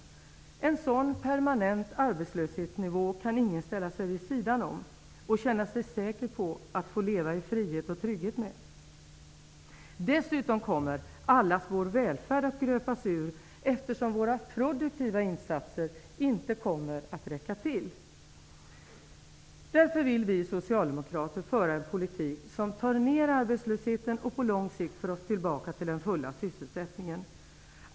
Med en sådan permanent arbetslöshetsnivå kan ingen ställa sig vid sidan om och känna sig säker på att få leva i frihet och trygghet. Dessutom kommer allas vår välfärd att gröpas ur, eftersom våra produktiva insatser inte kommer att räcka till. Därför vill vi socialdemokrater föra en politik som tar ned arbetslösheten och på lång sikt för oss tillbaka till den fulla sysselsättningen.